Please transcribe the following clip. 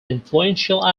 influential